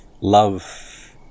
love